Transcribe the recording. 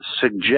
suggest